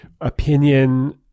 opinion